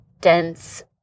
dense